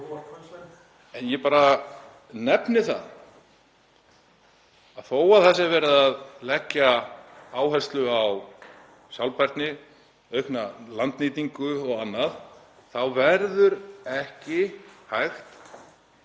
en ég nefni það bara að þó að það sé verið að leggja áherslu á sjálfbærni, aukna landnýtingu og annað, þá verður ekki hægt